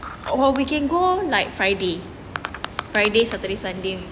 like friday friday saturday sunday